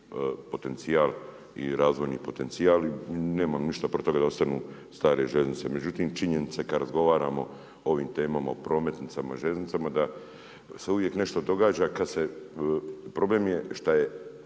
potencijal i razvojni potencijal i nemam ništa protiv toga da ostanu stare željeznice, međutim činjenica je kad razgovaramo o ovim temama, prometnicama, željeznicama da se uvijek nešto događa kad se, problem je šta je